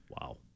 Wow